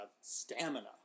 stamina